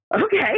okay